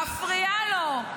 מפריעה לו.